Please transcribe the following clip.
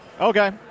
Okay